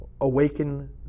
Awaken